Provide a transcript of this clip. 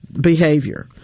behavior